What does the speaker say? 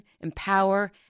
empower